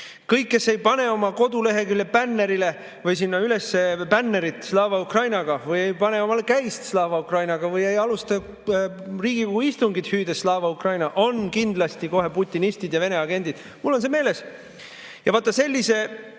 Kõik, kes ei pane oma koduleheküljele sinna üles bännerit Slava Ukrainiga või ei pane omale käisele "Slava Ukraini" või ei alusta Riigikogu istungit, hüüdes "Slava Ukraini!", on kindlasti kohe putinistid ja Vene agendid. Mul on see meeles. Ja vaat sellise